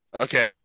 okay